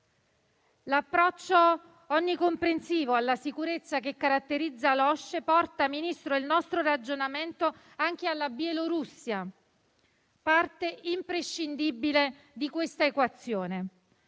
L'approccio onnicomprensivo alla sicurezza che caratterizza l'OSCE porta il nostro ragionamento anche alla Bielorussia, parte imprescindibile di questa equazione.